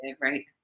Right